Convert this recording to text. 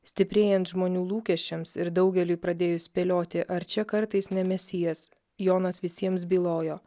stiprėjant žmonių lūkesčiams ir daugeliui pradėjus spėlioti ar čia kartais ne mesijas jonas visiems bylojo